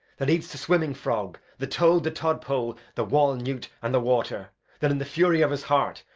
that eats the swimming frog, the toad, the todpole, the wall-newt and the water that in the fury of his heart,